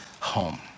home